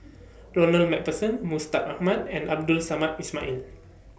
Ronald MacPherson Mustaq Ahmad and Abdul Samad Ismail